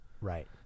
Right